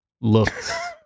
looks